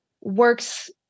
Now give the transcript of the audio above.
works